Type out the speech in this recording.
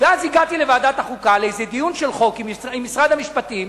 ואז הגעתי לוועדת החוקה לאיזה דיון בחוק עם משרד המשפטים,